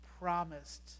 promised